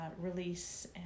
release